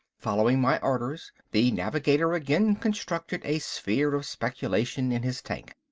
following my orders, the navigator again constructed a sphere of speculation in his tank.